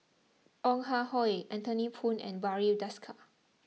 Ong Ah Hoi Anthony Poon and Barry Desker